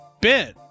Ben